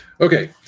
okay